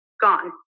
gone